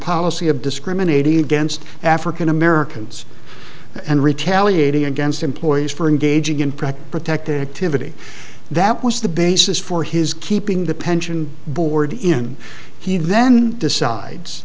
policy of discriminating against african americans and retaliating against employees for engaging in practice protected activity that was the basis for his keeping the pension board in he then decides